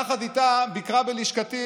יחד איתה ביקרה בלשכתי